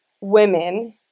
women